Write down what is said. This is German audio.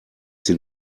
den